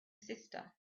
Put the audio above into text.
sister